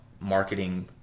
marketing